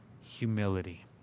humility